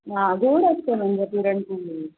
हां गोड असते म्हणजे पुरणपोळी